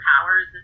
powers